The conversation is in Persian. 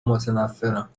متنفرم